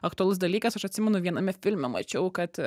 aktualus dalykas aš atsimenu viename filme mačiau kad